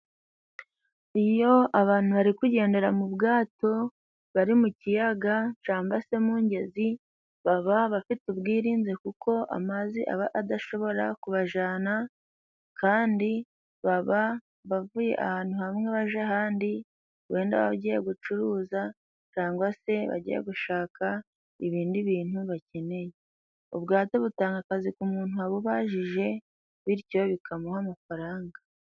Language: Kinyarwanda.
Iyo abantu bari kugendera mu bwato bari mu kiyaga camba se mu ngezi baba bafite ubwirinzi kuko amazi aba adashobora kubajana, kandi baba bavuye ahantu hamwe baje ahandi wenda bagiye gucuruza cangwa se bagiye gushaka ibindi bintu bakeneye. Ubwato butanga akazi ku muntu wabubajije bityo bikamuha amafaranga.